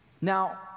Now